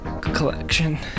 collection